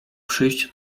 przyjście